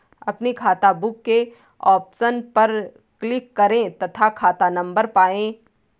अपनी खाताबुक के ऑप्शन पर क्लिक करें तथा खाता नंबर पाएं